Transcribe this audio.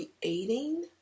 creating